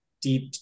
deep